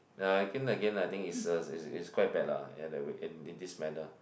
uh I think again like I think it's a is is quite bad lah in a way in in this manner